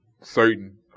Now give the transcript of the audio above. certain